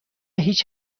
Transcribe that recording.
هیچ